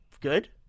good